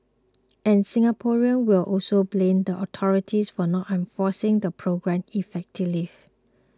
and Singaporeans will also blame the authorities for not enforcing the programme effectively